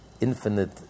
infinite